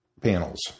panels